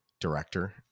director